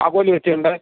ആകോലി വെറ്റയുണ്ടേ